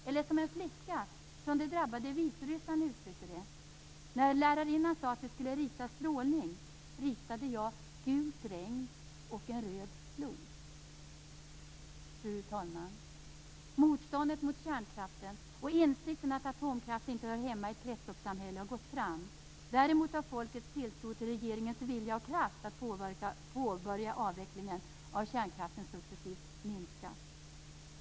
Eller som en flicka från det drabbade Vitryssland uttryckte det: När lärarinnan sade att vi skulle rita strålning, ritade jag gult regn och en röd flod. Fru talman! Motståndet mot kärnkraften och insikten att atomkraft inte hör hemma i ett kretsloppssamhälle har gått fram. Däremot har folkets tilltro till regeringens vilja och kraft att påbörja avvecklingen av kärnkraften successivt minskat.